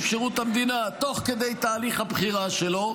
שירות המדינה תוך כדי תהליך הבחירה שלו,